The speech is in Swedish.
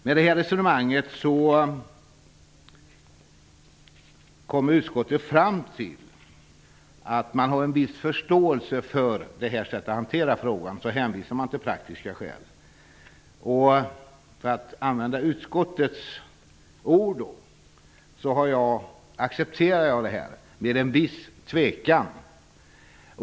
Med det resonemanget kommer utskottet fram till att man har viss förståelse för detta sätt att hantera frågan. Man hänvisar till praktiska skäl. Jag accepterar detta med en viss tvekan.